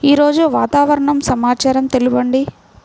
ఈరోజు వాతావరణ సమాచారం తెలుపండి